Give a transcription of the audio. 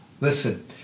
Listen